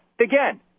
Again